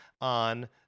on